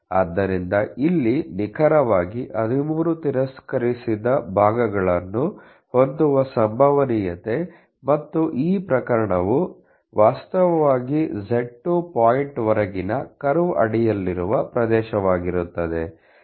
ಆದ್ದರಿಂದ ಇಲ್ಲಿ ನಿಖರವಾಗಿ 13 ತಿರಸ್ಕರಿಸಿದ ಭಾಗಗಳನ್ನು ಹೊಂದುವ ಸಂಭವನೀಯತೆ ಮತ್ತು ಈ ಪ್ರಕರಣವು ವಾಸ್ತವವಾಗಿ z2 ಪಾಯಿಂಟ್ ವರೆಗಿನ ಕರ್ವ್ ಅಡಿಯಲ್ಲಿರುವ ಪ್ರದೇಶವಾಗಿರುತ್ತದೆ